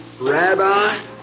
Rabbi